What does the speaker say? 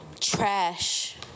trash